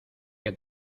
que